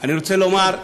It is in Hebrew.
אני רוצה לומר,